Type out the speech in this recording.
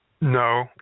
No